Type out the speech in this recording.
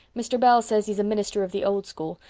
mr. bell says he's a minister of the old school,